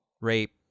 rape